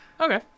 Okay